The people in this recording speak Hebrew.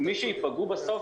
מי שייפגעו בסוף,